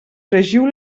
fregiu